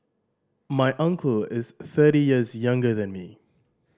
my uncle is thirty years younger than me